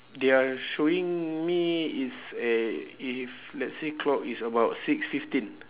they are showing me it's a if let's say clock is about six fifteen